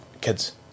kids